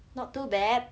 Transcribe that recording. not too bad